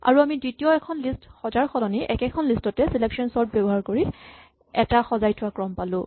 আৰু আমি দ্বিতীয় এখন লিষ্ট সজাৰ সলনি একেখন লিষ্ট তে চিলেকচন চৰ্ট ব্যৱহাৰ কৰি এটা সজাই থোৱা ক্ৰম পালো